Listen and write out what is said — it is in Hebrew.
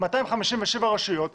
257 רשויות,